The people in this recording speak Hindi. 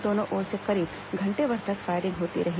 दोनों ओर से करीब घंटे भर तक फायरिंग होती रही